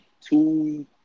two –